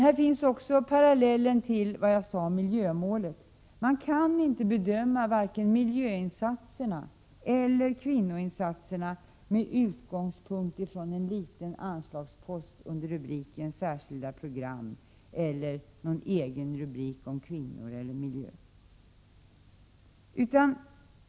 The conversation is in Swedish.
Här finns också parallellen till vad jag sade om miljömålet. Man kan inte bedöma vare sig miljöinsatserna eller kvinnoinsatserna med utgångspunkt i en liten anslagspost under rubriken Särskilda program eller någon egen rubrik om kvinnor eller miljö.